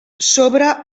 sobre